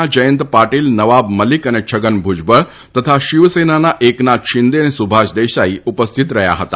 ના જયંત પાટીલ નવાબ મલિક અને છગન ભુજબળ તથા શિવસેનાના એકનાથ શિંદે અને સુભાષ દેસાઇ ઉપસ્થિત રહયાં હતા